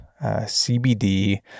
CBD